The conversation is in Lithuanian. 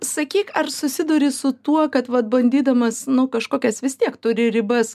sakyk ar susiduri su tuo kad vat bandydamas nu kažkokias vis tiek turi ribas